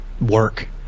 work